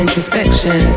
Introspection